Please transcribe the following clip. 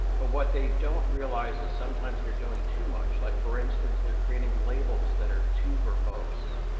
but what they don't realize is sometimes they're doing too much, like for instance, they're creating labels that are too verbose.